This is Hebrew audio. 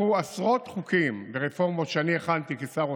לקחו עשרות חוקים ורפורמות שאני הכנתי כשר אוצר,